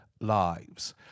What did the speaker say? lives